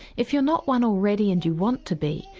if you're not one already and you want to be,